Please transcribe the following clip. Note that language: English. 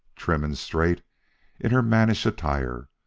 trim and straight in her mannish attire,